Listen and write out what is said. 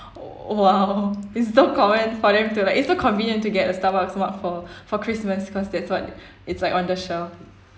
!wow! is for them to like it's so convenient to get a starbucks mug for for christmas cause that's what it's like on the shelf